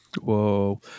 whoa